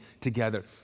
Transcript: together